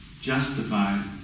justified